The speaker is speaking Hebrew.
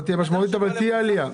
לא תהיה משמעותית, אבל כן תהיה עלייה.